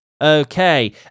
Okay